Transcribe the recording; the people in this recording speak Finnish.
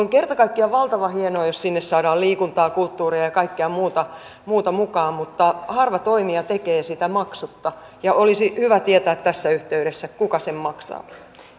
on kerta kaikkiaan valtavan hienoa jos sinne saadaan liikuntaa kulttuuria ja ja kaikkea muuta muuta mukaan mutta harva toimija tekee sitä maksutta ja olisi hyvä tietää tässä yhteydessä kuka sen maksaa